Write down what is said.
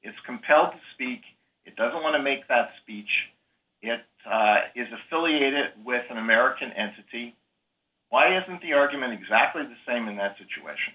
is compelled to speak it doesn't want to make that speech it is affiliated with an american entity why isn't the argument exactly the same in that situation